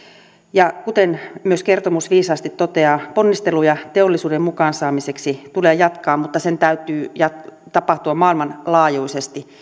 ja kuten kertomus myös viisaasti toteaa ponnisteluja teollisuuden mukaan saamiseksi tulee jatkaa mutta sen täytyy tapahtua maailmanlaajuisesti